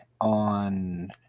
on